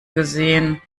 gesehen